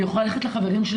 היא יכולה ללכת לחברים,